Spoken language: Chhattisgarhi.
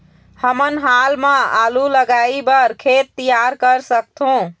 हमन हाल मा आलू लगाइ बर खेत तियार कर सकथों?